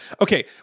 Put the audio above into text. Okay